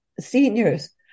seniors